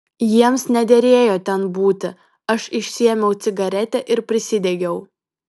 jiems nederėjo ten būti aš išsiėmiau cigaretę ir prisidegiau